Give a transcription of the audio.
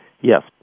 Yes